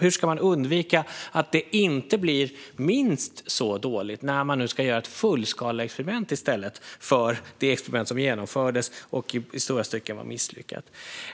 Hur ska man undvika att det blir minst lika dåligt när man nu ska göra ett fullskaleexperiment i stället för det experiment som genomfördes och som i stora stycken var misslyckat?